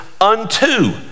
unto